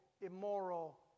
immoral